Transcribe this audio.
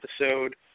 episode